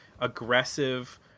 aggressive